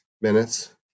minutes